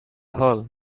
hole